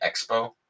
Expo